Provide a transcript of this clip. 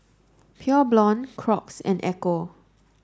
Pure Blonde Crocs and Ecco